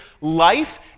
life